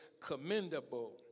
commendable